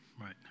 right